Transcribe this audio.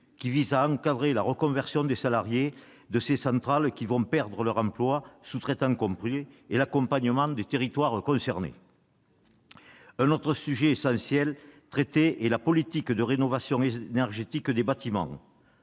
prévu pour encadrer la reconversion des salariés de ces centrales, qui vont perdre leur emploi- ce sera le cas aussi pour les sous-traitants -, et l'accompagnement des territoires concernés. Un autre sujet essentiel traité est la politique de rénovation énergétique des bâtiments.